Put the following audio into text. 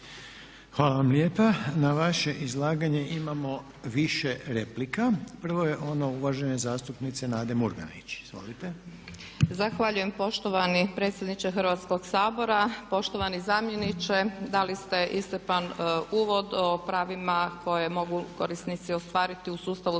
Hvala vam lijepa. Na vaše izlaganje imamo više replika. Prva je ona uvažene zastupnice Nade Murganić, izvolite. **Murganić, Nada (HDZ)** Zahvaljujem poštovani predsjedniče Hrvatskog sabora. Poštovani zamjeniče dali ste iscrpan uvod o pravima koje mogu korisnici ostvariti u sustavu